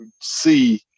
see